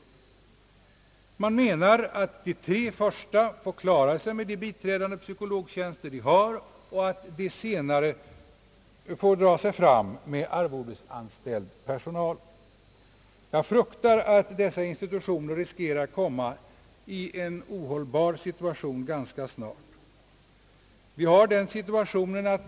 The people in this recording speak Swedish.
Utskottet menar att de tre förstnämnda skolorna får klara sig med de biträdande psykologtjänster de har och att de senare skolorna får dra sig fram med arvodesanställd personal. Jag fruktar att dessa institutioner riskerar att ganska snart komma i en ohållbar situation.